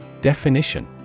Definition